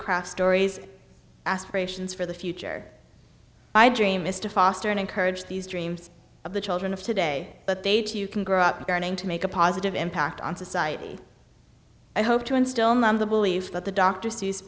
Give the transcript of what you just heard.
crack stories aspirations for the future my dream is to foster and encourage these dreams of the children of today but they too can grow up learning to make a positive impact on society i hope to instill none of the belief that the dr seuss